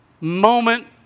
moment